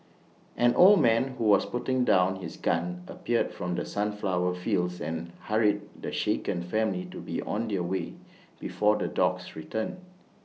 an old man who was putting down his gun appeared from the sunflower fields and hurried the shaken family to be on their way before the dogs return